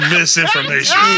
Misinformation